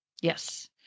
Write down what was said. Yes